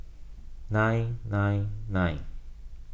nine nine nine